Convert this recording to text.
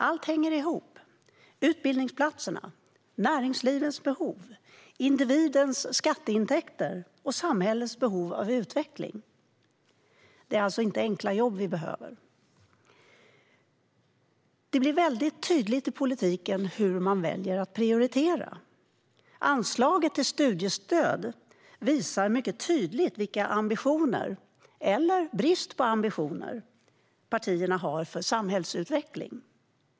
Allt hänger ihop: utbildningsplatserna, näringslivets behov, individens skatteintäkter och samhällets behov och utveckling. Det är alltså inte enkla jobb vi behöver. Det blir väldigt tydligt i politiken hur man väljer att prioritera. Anslaget till studiestöd visar mycket tydligt vilka ambitioner, eller brist på ambitioner, partierna har för samhällsutveckling.